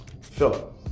Philip